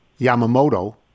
Yamamoto